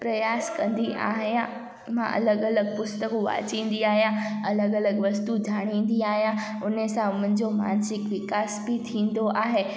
प्रयास कंदी आहियां मां अलॻि अलॻि पुस्तकूं वाचींदी आहियां अलॻि अलॻि वस्तु ॼाणींदी आहियां हुन सां मुंहिंजो मानसिक विकास बि थींदो आहे